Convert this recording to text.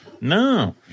no